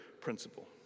principle